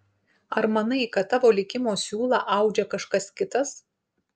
ar manai kad tavo likimo siūlą audžia kažkas kitas